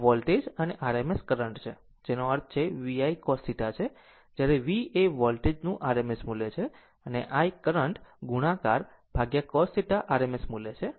આ વોલ્ટેજ અને આ RMS કરંટ છે જેનો અર્થ છે કે તે VI cos θ છે જ્યારે V એ વોલ્ટેજ નું RMS મૂલ્ય છે અને I કરંટ ગુણાકાર cos θ RMS મૂલ્ય છે